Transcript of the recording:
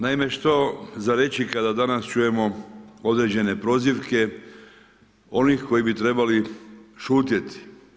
Naime, što za reći kada danas čujemo određene prozivke onih koji bi trebali šutjeti.